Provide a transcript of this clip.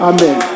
Amen